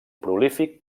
prolífic